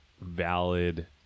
valid